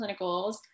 clinicals